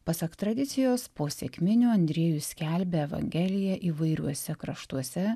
pasak tradicijos po sekminių andriejus skelbė evangeliją įvairiuose kraštuose